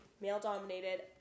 male-dominated